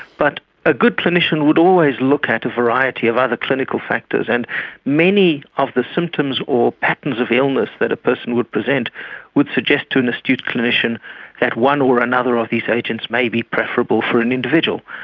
but a good clinician would always look at a variety of other clinical factors, and many of the symptoms or patterns of illness that a person would present would suggest to an astute clinician that one or another of these agents may be preferable for an individual.